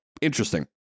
interesting